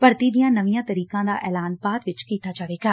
ਭਰਤੀ ਦੀਆਂ ਨਵੀਆਂ ਤਰੀਕਾਂ ਦਾ ਐਲਾਨ ਬਾਅਦ ਵਿਚ ਕੀਤਾ ਜਾਵੇਗਾ